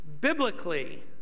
biblically